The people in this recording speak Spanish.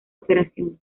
operación